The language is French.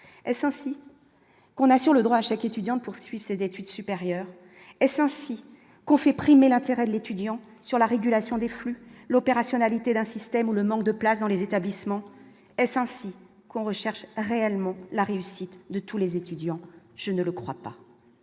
chance s'ainsi qu'on a sur le droit à chaque étudiant poursuit ses études supérieures, est-ce ainsi qu'on fait primer l'intérêt de l'étudiant sur la régulation des flux l'opérationnalité d'un système où le manque de places dans les établissements est ainsi qu'on recherche réellement la réussite de tous les étudiants, je ne le crois pas,